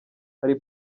hari